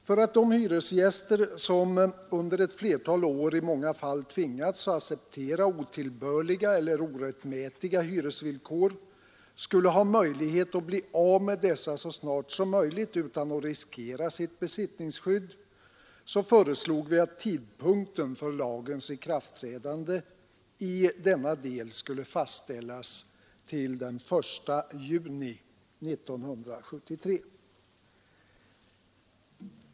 För att de hyresgäster som i många fall under ett flertal år tvingats att acceptera otillbörliga eller orättmätiga hyresvillkor skulle kunna bli av med dessa så snart som möjligt utan att riskera sitt besittningsskydd föreslog vi att tidpunkten för lagens ikraftträdande i denna del skulle fastställas till den 1 juni 1973.